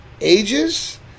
Ages